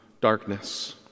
darkness